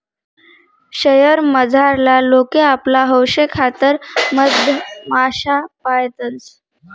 शयेर मझारला लोके आपला हौशेखातर मधमाश्या पायतंस